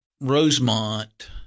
Rosemont